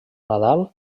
nadal